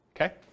okay